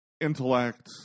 intellect